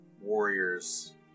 warriors